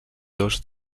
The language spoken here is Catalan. dos